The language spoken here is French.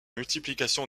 multiplication